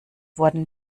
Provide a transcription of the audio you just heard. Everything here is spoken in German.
wurden